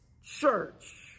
church